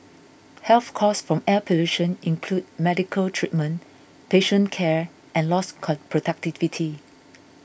health costs from air pollution include medical treatment patient care and lost productivity